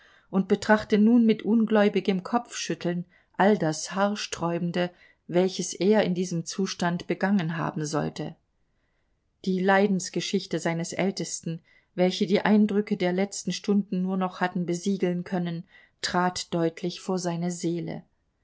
und betrachte nun mit ungläubigem kopfschütteln all das haarsträubende welches er in diesem zustand begangen haben sollte die leidensgeschichte seines ältesten welche die eindrücke der letzten stunden nur noch hatten besiegeln können trat deutlich vor seine seele